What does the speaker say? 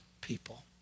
people